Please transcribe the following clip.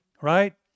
right